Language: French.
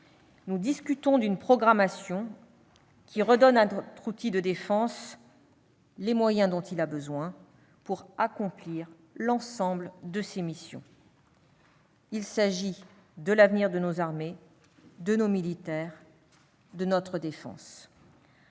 nous discutons d'une programmation qui redonne à notre outil de défense les moyens dont il a besoin pour accomplir l'ensemble de ses missions. Il s'agit de l'avenir de nos armées, de nos militaires, de notre défense.